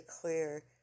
clear